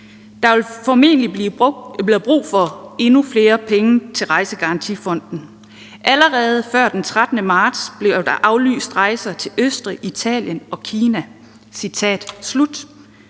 Der vil formentlig blive brug for endnu flere penge til Rejsegarantifonden. Allerede før den 13. marts blev der aflyst rejser til Østrig, Italien og Kina.